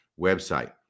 website